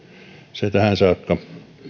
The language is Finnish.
se tähän saakka